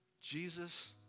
Jesus